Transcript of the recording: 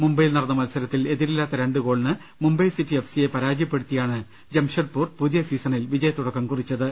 മുംബൈയിൽ നടന്ന മത്സരത്തിൽ എതിരില്ലാത്ത രണ്ടുഗോളിന് മുംബൈ സിറ്റി എഫ് സിയെ പരാജയപ്പെടുത്തിയാണ് ജംഷഡ്പൂർ പുതിയ സീസണിൽ വിജയ ത്തുടക്കം കുറിച്ചത്